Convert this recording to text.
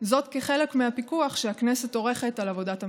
כחלק מהפיקוח שהכנסת עורכת על עבודת הממשלה.